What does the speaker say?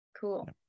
cool